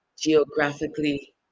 geographically